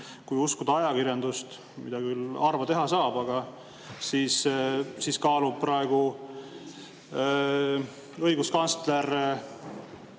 Kui uskuda ajakirjandust, mida küll harva teha saab, siis kaalub praegu õiguskantsler